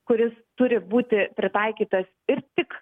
kuris turi būti pritaikytas ir tik